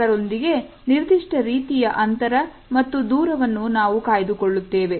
ಇತರರೊಂದಿಗೆ ನಿರ್ದಿಷ್ಟ ರೀತಿಯ ಅಂತರ ಮತ್ತು ದೂರವನ್ನು ನಾವು ಕಾಯ್ದುಕೊಳ್ಳುತ್ತವೆ